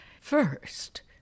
First